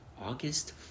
August